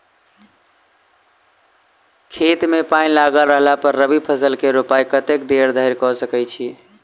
खेत मे पानि लागल रहला पर रबी फसल केँ रोपाइ कतेक देरी धरि कऽ सकै छी?